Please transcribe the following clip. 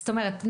זאת אומרת,